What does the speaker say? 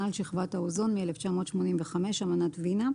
על שכבת האוזון מ-1985 (אמנת וינה),